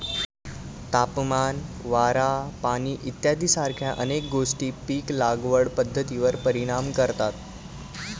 तापमान, वारा, पाणी इत्यादीसारख्या अनेक गोष्टी पीक लागवड पद्धतीवर परिणाम करतात